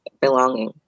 belonging